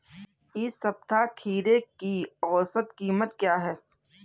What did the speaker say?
इस सप्ताह खीरे की औसत कीमत क्या है?